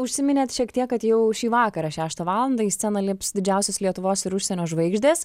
užsiminėt šiek tiek kad jau šį vakarą šeštą valandą į sceną lips didžiausios lietuvos ir užsienio žvaigždės